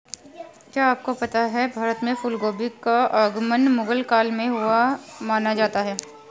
क्या आपको पता है भारत में फूलगोभी का आगमन मुगल काल में हुआ माना जाता है?